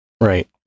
Right